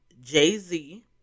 Jay-Z